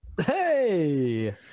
hey